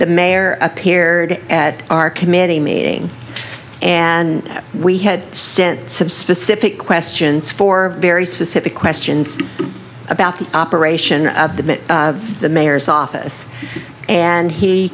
the mayor appeared at our committee meeting and we had sent some specific questions for very specific questions about the operation of the the mayor's office and he